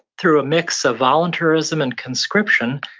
through a mix of voluntarism and conscription,